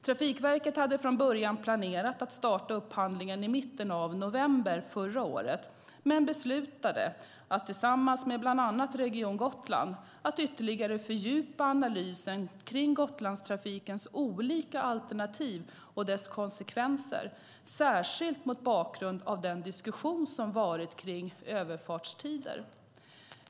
Trafikverket hade från början planerat att starta upphandlingen i mitten av november förra året, men beslutade att tillsammans med bland annat Region Gotland ytterligare fördjupa analysen kring Gotlandstrafikens olika alternativ och dess konsekvenser, särskilt mot bakgrund av den diskussion som varit kring överfartstider.